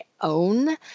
own